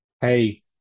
hey